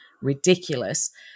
ridiculous